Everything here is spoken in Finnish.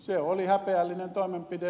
se oli häpeällinen toimenpide